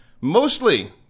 mostly